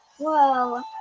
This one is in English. Whoa